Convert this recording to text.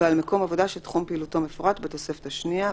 ועל מקום עבודה שתחום פעילותו מפורט בתוספת השנייה.